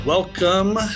Welcome